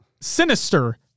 Sinister